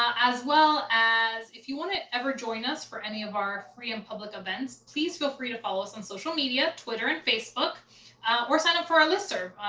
as well as if you wanna ever join us for any of our free and public events, please feel free to follow us on social media, twitter, and facebook or signing up for our listserv,